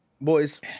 Boys